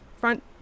front